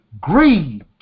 grieved